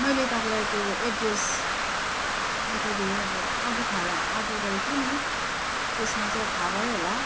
मैले तपाईँलाई त्यो एड्रेस बताइदिएँ अब अघि खाना अर्डर गरेको थियो नि त्यसमा चाहिँ अब थाहा भयो होला